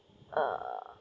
uh